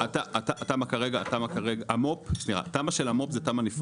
התמ"א של המו"פ היא תמ"א נפרדת.